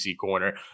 corner